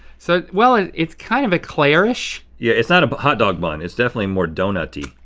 so well it's kind of eclair-ish. yeah it's not a but hot dog bun, it's definitely more donut-y.